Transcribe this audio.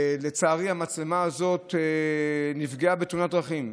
לצערי, המצלמה הזאת נפגעה בתאונת דרכים.